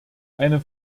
eine